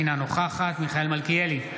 אינה נוכחת מיכאל מלכיאלי,